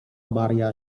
maria